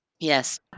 Yes